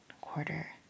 quarter